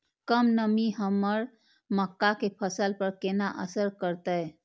कम नमी हमर मक्का के फसल पर केना असर करतय?